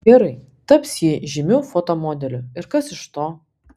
gerai taps ji žymiu fotomodeliu ir kas iš to